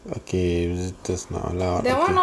okay just now lah okay